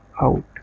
out